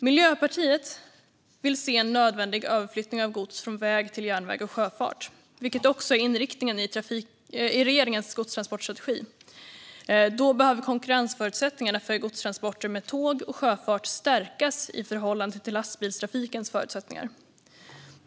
Miljöpartiet vill se en nödvändig överflyttning av gods från väg till järnväg och sjöfart, vilket också är inriktningen i regeringens godstransportstrategi. Då behöver konkurrensförutsättningarna för godstransporter med tåg och sjöfart stärkas i förhållande till lastbilstrafikens förutsättningar.